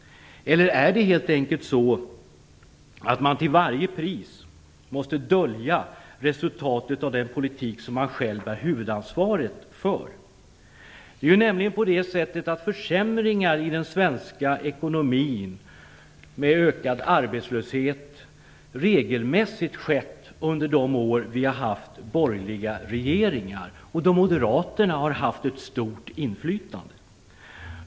Eller är det helt enkelt så, att man till varje pris måste dölja resultatet av den politik som man själv bär huvudansvaret för? Försämringar i den svenska ekonomin med ökad arbetslöshet har ju regelmässigt skett under de år vi har haft borgerliga regeringar och då Moderaterna har haft ett stort inflytande.